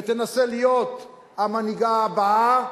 ותנסה להיות המנהיגה הבאה.